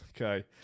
okay